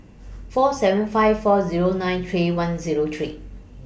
four seven five four Zero nine three one Zero three